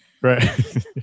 right